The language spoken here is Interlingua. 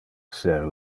esser